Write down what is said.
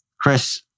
Chris